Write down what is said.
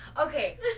Okay